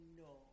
no